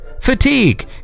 fatigue